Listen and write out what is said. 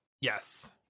Yes